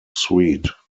suit